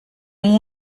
amb